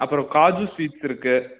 அப்புறம் காஜு ஸ்வீட்ஸ் இருக்குது